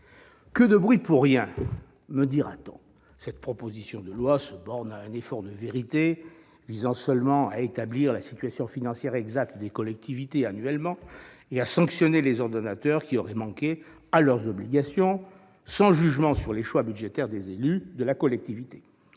Que de bruit pour rien !», me dira-t-on. Cette proposition de loi appelle juste à un effort de vérité visant seulement à établir la situation financière exacte des collectivités annuellement et à sanctionner les ordonnateurs qui auraient manqué à leurs obligations, sans jugement sur les choix budgétaires des élus de la collectivité.